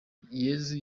yezu